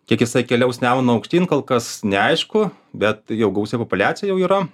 kiek jisai keliaus nemunu aukštyn kol kas neaišku bet jau gausi populiaciją jau yra